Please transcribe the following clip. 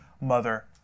mother